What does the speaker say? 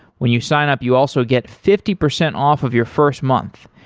when you sign up you also get fifty percent off of your first month.